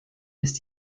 ist